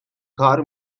کار